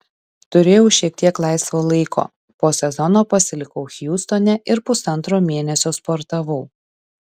turėjau šiek tiek laisvo laiko po sezono pasilikau hjustone ir pusantro mėnesio sportavau